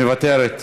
מוותרת,